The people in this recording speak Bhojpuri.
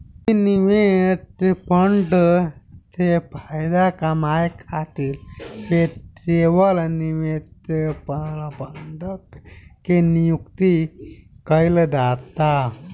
निवेश फंड से फायदा कामये खातिर पेशेवर निवेश प्रबंधक के नियुक्ति कईल जाता